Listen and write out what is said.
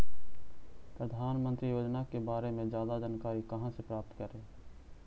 प्रधानमंत्री योजना के बारे में जादा जानकारी कहा से प्राप्त करे?